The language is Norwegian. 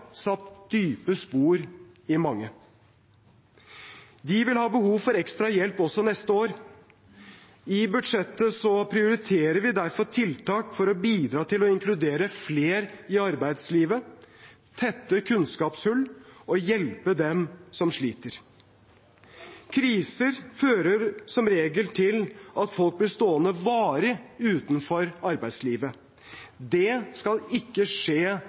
satt dype spor i mange. De vil ha behov for ekstra hjelp også neste år. I budsjettet prioriterer vi derfor tiltak for å bidra til å inkludere flere i arbeidslivet, tette kunnskapshull og hjelpe dem som sliter. Kriser fører som regel til at folk blir stående varig utenfor arbeidslivet. Det skal ikke skje